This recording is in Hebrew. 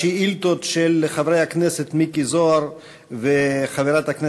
השאילתות של חברי הכנסת מיקי זוהר וקסניה